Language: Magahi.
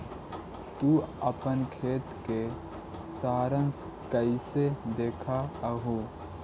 तु अपन खाते का सारांश कैइसे देखअ हू